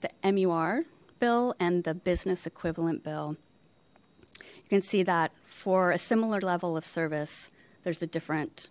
the mu our bill and the business equivalent bill you can see that for a similar level of service there's a different